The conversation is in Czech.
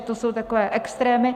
To jsou takové extrémy.